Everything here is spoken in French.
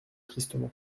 tristement